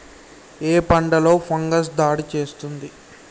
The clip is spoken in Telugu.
ఏ పంటలో ఫంగస్ దాడి చేస్తుంది?